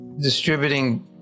distributing